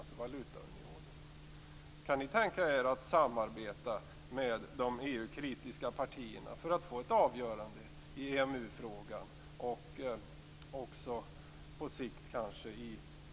Kan ni tänka er att samarbeta med de EU-kritiska partierna för att få ett avgörande i EMU-frågan och på sikt i EU-frågan?